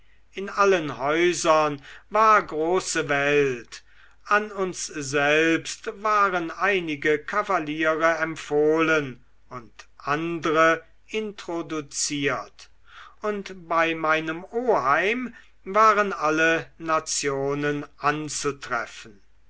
in allen häusern war große welt an uns selbst waren einige kavaliere empfohlen und andre introduziert und bei meinem oheim waren alle nationen anzutreffen